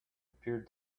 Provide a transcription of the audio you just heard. appeared